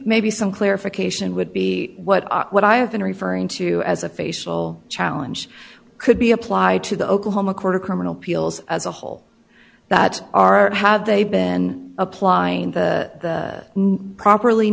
maybe some clarification would be what i what i have been referring to as a facial challenge could be applied to the oklahoma court of criminal appeals as a whole that aren't have they been applying the properly